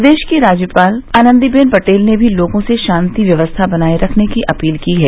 प्रदेश की राज्यपाल आनंदीबेन पटेल ने भी लोगों से शांति व्यवस्था बनाये रखने की अपील की है